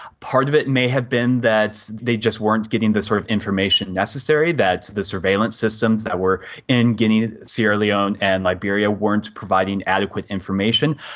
part of it may have been that they just weren't given the sort of information necessary that the surveillance systems that were in guinea, sierra leone and liberia weren't providing adequate information.